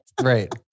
Right